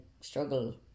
struggle